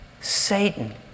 Satan